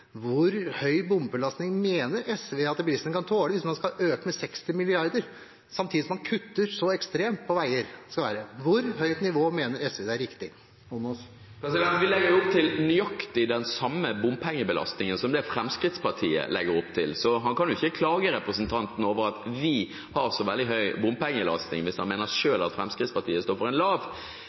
Hvor høy bompengebelastning mener SV at bilistene kan tåle hvis man skal øke med 60 mrd. kr, samtidig som man kutter så ekstremt på veier? Hvor høyt nivå mener SV er riktig? Vi legger opp til nøyaktig den samme bompengebelastningen som Fremskrittspartiet legger opp til, så representanten kan ikke klage på at vi har veldig høy bompengebelastning hvis han selv mener at Fremskrittspartiet står for en lav.